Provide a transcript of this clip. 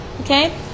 Okay